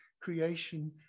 creation